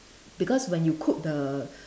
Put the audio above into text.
because when you cook the